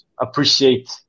appreciate